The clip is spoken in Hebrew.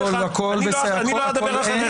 אני לא אדבר אחריך.